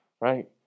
right